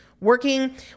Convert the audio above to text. working